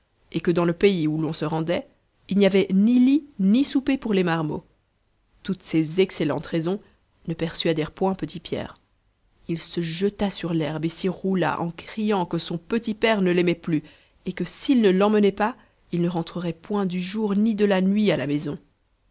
et que dans le pays où l'on se rendait il n'y avait ni lit ni souper pour les marmots toutes ces excellentes raisons ne persuadèrent point petit pierre il se jeta sur l'herbe et s'y roula en criant que son petit père ne l'aimait plus et que s'il ne l'emmenait pas il ne rentrerait point du jour ni de la nuit à la maison